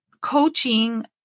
coaching